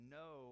no